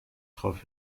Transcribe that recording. drauf